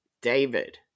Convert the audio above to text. David